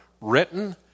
written